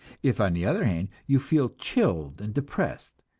if, on the other hand, you feel chilled and depressed,